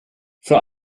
für